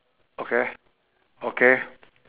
okay okay